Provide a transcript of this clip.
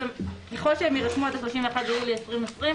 ככל שהם יירשמו עד ה-31 ביולי 2020,